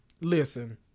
Listen